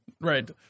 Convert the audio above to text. right